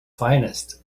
finest